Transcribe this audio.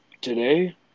today